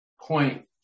Point